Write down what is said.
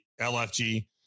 lfg